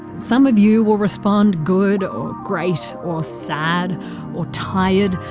some of you will respond good or great or sad or tired.